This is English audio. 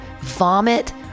vomit